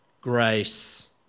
grace